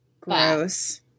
gross